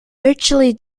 virtually